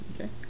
Okay